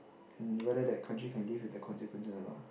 and whether that country can live with the consequences or not